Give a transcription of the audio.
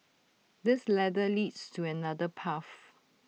this ladder leads to another path